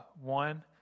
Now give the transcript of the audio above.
One